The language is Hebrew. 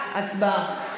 הצבעה.